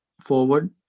forward